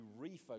refocus